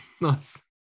Nice